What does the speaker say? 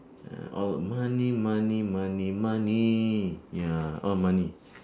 ah all money money money money ya all money